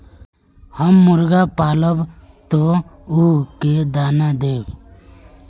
हम मुर्गा पालव तो उ के दाना देव?